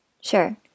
Sure